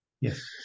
yes